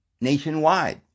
nationwide